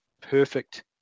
perfect